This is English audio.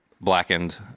Blackened